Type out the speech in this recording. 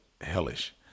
hellish